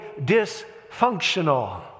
dysfunctional